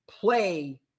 play